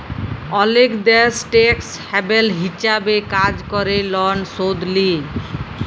অলেক দ্যাশ টেকস হ্যাভেল হিছাবে কাজ ক্যরে লন শুধ লেই